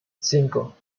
cinco